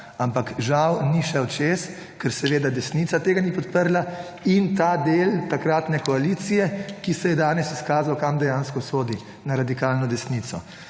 ampak žal ni šel čez, ker desnica tega ni podprla in ta del takratne koalicije, ki se je danes izkazal kam dejansko sodi na radikalno desnico.